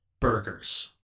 burgers